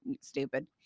stupid